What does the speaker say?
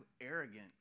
arrogant